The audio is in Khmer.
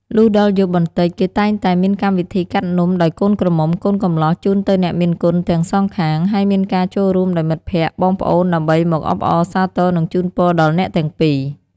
លុះដល់យប់បន្តិច គេតែងតែមានកម្មវិធីកាត់នំដោយកូនក្រមុំកូនកំលោះជូនទៅអ្នកមានគុណទាំងសងខាង ហើយមានការចូលរួមដោយមិត្តភក្តិ បងប្អូនដើម្បីមកអបអរសាទរនិងជូនពរដល់អ្នកទាំងពីរ។